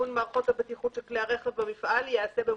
הסיפור המרכזי של בעל המפעל הוא הידיעה.